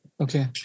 Okay